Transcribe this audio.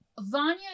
Vanya